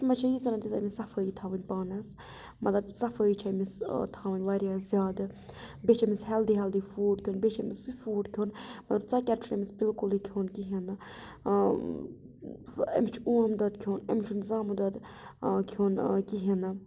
تَتھ منٛز چھِ ییٖژاہ تیٖژاہ أمِس صفٲیی تھاوٕنۍ پانَس مطلب صفٲیی چھِ أمِس تھاوٕنۍ واریاہ زیادٕ بیٚیہِ چھِ أمِس ہیٚلدی ہیلدی فوٗڈ کھیوٚن بیٚیہِ چھُ أمِس سُے فوٗڈ کھیوٚن مطلب ژۄکیٹ چھُنہٕ أمِس بِلکُلٕے کھیوٚن کِہیٖنۍ نہٕ أمِس چھُ اوم دۄد کھیوٚن أمِس چھُنہٕ زامُت دۄد کھیوٚن کِہیٖنۍ نہٕ